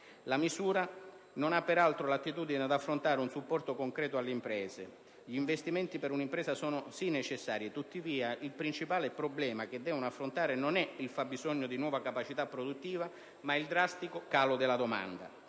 La misura non ha peraltro l'attitudine ad affrontare un supporto concreto alle imprese: gli investimenti per un'impresa sono, sì, necessari; tuttavia, il principale problema che devono affrontare non è il fabbisogno di nuova capacità produttiva, ma il drastico calo della domanda.